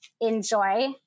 enjoy